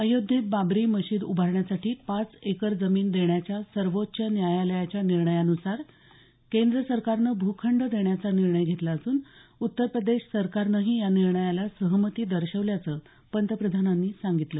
अयोध्येत बाबरी मशीद उभारण्यासाठी पाच एकर जमीन देण्याच्या सर्वोच्च न्यायालयाच्या निर्णयानुसार केंद्र सरकारने भूखंड देण्याचा निर्णय घेतला असून उत्तरप्रदेश सरकारनेही या निर्णयाला सहमती दर्शवल्याचं पंतप्रधानांनी सांगितलं